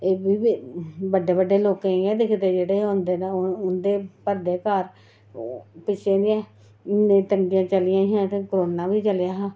एह्बी बड्डे बड्डे लोकें गी गै दिखदे जेह्ड़े होंदे ते उं'दे भरदे घर पिच्छें जी इन्नियां तंगियां चलियां हियां ते कोरोना बी चलेआ हा